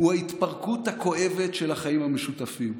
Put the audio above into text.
הוא ההתפרקות הכואבת של החיים המשותפים.